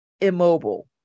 immobile